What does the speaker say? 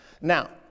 Now